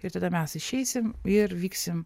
ir tada mes išeisim ir vyksim